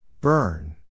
Burn